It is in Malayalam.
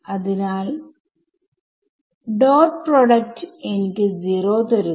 അതിനാൽ ഡോട്ട് പ്രോഡക്റ്റ് എനിക്ക് 0 തരുന്നു